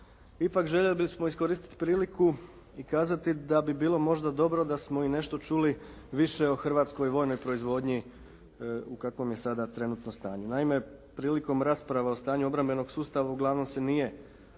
Ipak željeli bismo iskoristiti priliku i kazati da bi bilo možda dobro da smo i nešto čuli više o hrvatskoj vojnoj proizvodnji u kakvom je sada trenutnom stanju. Naime prilikom rasprava o stanju obrambenog sustava uglavnom se nije